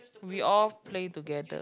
we all play together